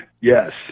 Yes